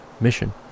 mission